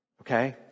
Okay